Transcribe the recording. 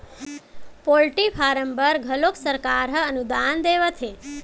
poultry farm बर घलोक सरकार ह अनुदान देवत हे